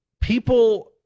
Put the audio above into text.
People